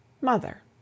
Mother